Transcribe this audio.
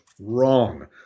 wrong